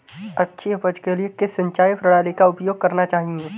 अच्छी उपज के लिए किस सिंचाई प्रणाली का उपयोग करना चाहिए?